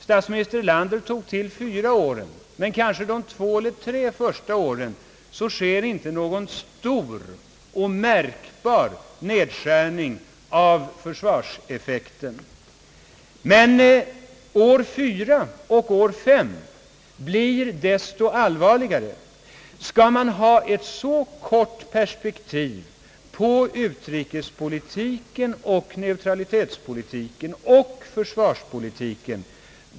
Det är visserligen riktigt att det under de första åren inte sker någon stor och märkbar nedskärning av försvarseffekten, men under fjärde året och femte året blir nedskärningen desto allvarligare. Skall man ha ett så kortsiktigt perspektiv på utrikespolitiken, neutralitetspolitiken och försvarspolitiken?